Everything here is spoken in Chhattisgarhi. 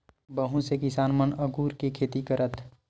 बहुत से किसान मन अगुर के खेती करथ